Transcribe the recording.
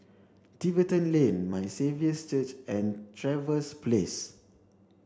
Tiverton Lane My Saviour's Church and Trevose Place